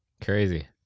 Crazy